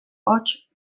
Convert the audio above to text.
hots